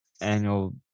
annual